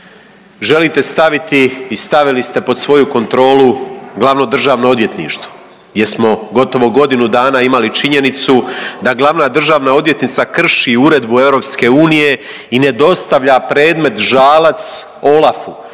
Želite staviti i stavili ste pod svoju kontrolu glavno državno odvjetništvo gdje smo gotovo godinu dana imali činjenicu da glavna državna odvjetnica krši uredbu EU i ne dostavlja predmet Žalac OLAF-u